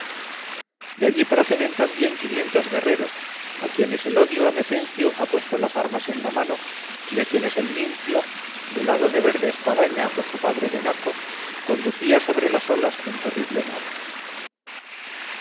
de allí proceden también quinientos guerreros a quienes el odio a mecencio ha puesto las armas en la mano y a quienes el mincio velado de verde espadaña por su padre benaco conducía sobre las olas en terrible nave